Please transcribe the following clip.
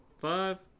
five